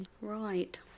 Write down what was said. Right